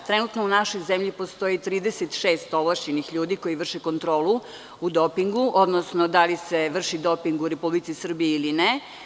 Trenutno u našoj zemlji postoji 36 ovlašćenih ljudi koji vrše kontrolu u dopingu, odnosno da li se vrši doping u RS ili ne.